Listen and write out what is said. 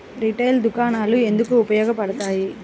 Retail దుకాణాలు ఎందుకు ఉపయోగ పడతాయి?